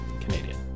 Canadian